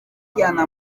ijyana